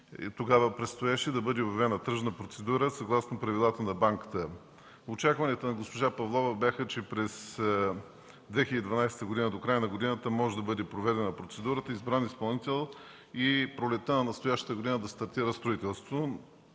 тогава предстоеше да бъде обявена тръжна процедура, съгласно правилата на банката. Очакванията на госпожа Павлова бяха, че през 2012 г., до края на годината, може да бъде проведена процедурата и избран изпълнител и пролетта на настоящата година да стартира строителството.